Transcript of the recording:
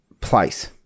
place